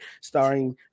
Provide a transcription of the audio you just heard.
Starring